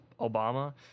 Obama